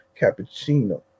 cappuccino